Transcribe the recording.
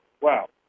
wow